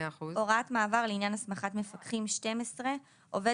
12.הוראת מעבר לעניין הסמכת מפקחים עובד